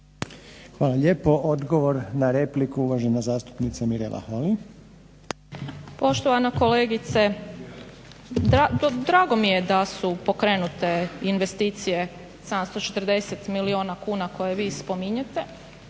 Hvala lijepa. Odgovor na repliku, uvažena zastupnica Mirela Holy. **Holy, Mirela (SDP)** Poštovana kolegice, drago mi je da su pokrenute investicije 740 milijuna kuna koje vi spominjete,